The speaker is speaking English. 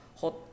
hot